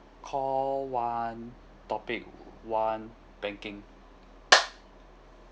call one topic one banking